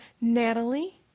Natalie